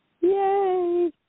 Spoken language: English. yay